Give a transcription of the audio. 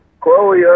Chloe